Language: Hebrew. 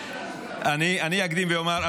אני אקדים ואומר,